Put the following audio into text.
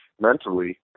mentally